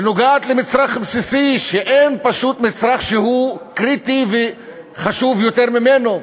היא נוגעת למצרך בסיסי שאין פשוט מצרך שהוא קריטי וחשוב יותר ממנו.